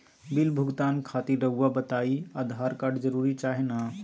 Bill भुगतान खातिर रहुआ बताइं आधार कार्ड जरूर चाहे ना?